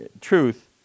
truth